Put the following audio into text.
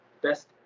best